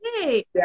hey